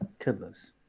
kidless